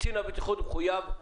קצין הבטיחות מחויב,